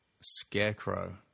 scarecrow